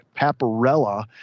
Paparella